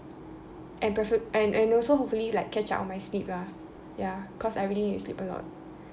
and prefer~ and and also hopefully like catch up on my sleep lah ya cause I really need to sleep a lot